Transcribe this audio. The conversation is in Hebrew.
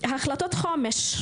החלטות חומש.